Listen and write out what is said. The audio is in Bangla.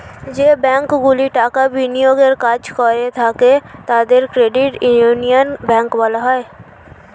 যে ব্যাঙ্কগুলি টাকা বিনিয়োগের কাজ করে থাকে তাদের ক্রেডিট ইউনিয়ন ব্যাঙ্ক বলা হয়